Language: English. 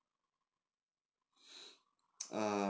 err